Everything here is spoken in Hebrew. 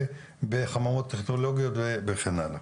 בחממות טכנולוגיות וכן הלאה.